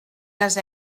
les